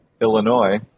Illinois